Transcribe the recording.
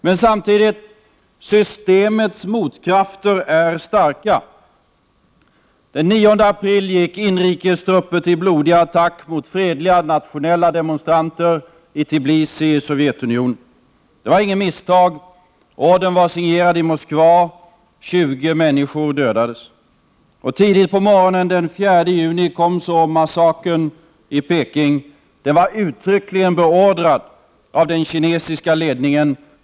Men samtidigt är systemets motkrafter starka. Den 9 april gick inrikestrupper till blodig attack mot fredliga nationella demonstranter i Tbilisi i Sovjetunionen. Det var inget misstag. Ordern var signerad i Moskva. 20 människor dödades. Tidigt på morgonen den 4 juni kom så massakern i Beijing. Den var uttryckligen beordrad av den kinesiska ledningen.